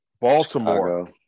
Baltimore